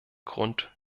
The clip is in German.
grund